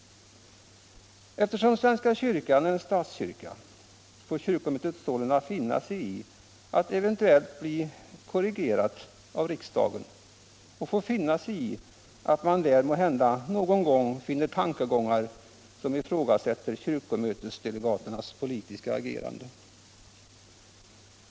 Eftersom svenska kyrkan är en statskyrka får kyrkomötet finna sig i att eventuellt bli korrigerat av riksdagen i det att denna måhända finner tankegångar som ifrågasätter kyrkomötesdelegaternas politiska agerande.